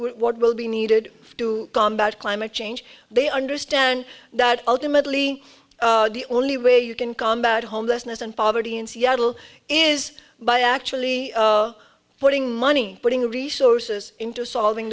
we're what will be needed to combat climate change they understand that ultimately the only way you can combat homelessness and poverty in seattle is by actually putting money putting resources into solving